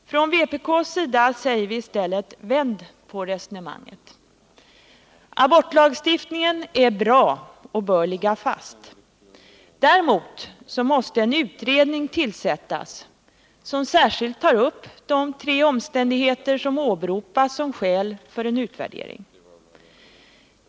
Vpk säger i stället: Vänd på resonemanget. Abortlagstiftningen är bra och bör ligga fast. Däremot måste en utredning tillsättas, som särskilt tar upp de tre omständigheter som åberopas som skäl för en utvärdering.